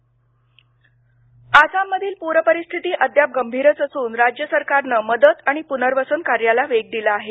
आसाम प्र आसाममधील पूरपरिस्थिती अद्याप गंभीरच असून राज्य सरकारनं मदत आणि पुनर्वसन कार्याला वेग दिला आहे